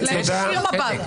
להישיר מבט.